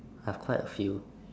I have quite a few